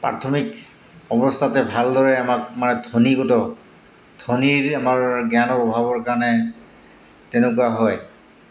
প্ৰাথমিক অৱস্থাতে ভালদৰে আমাক মানে ধ্বনীগত ধ্বনীৰ আমাৰ জ্ঞানৰ অভাৱৰ কাৰণে তেনেকুৱা হয়